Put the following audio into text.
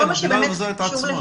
כן, המדינה מבזה את עצמה.